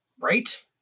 Right